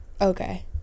Okay